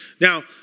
Now